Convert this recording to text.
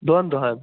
دۄن دۄہن